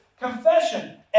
confession